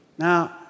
Now